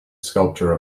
sculpture